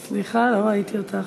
סליחה, לא ראיתי אותך.